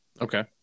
Okay